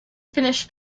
finished